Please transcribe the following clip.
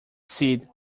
sid